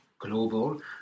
Global